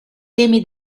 temi